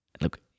Look